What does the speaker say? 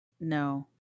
No